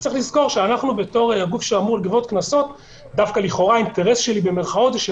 תזרקי אותי לכלא לשלושה ימים כדי שהמשפחה שלי תחסוך את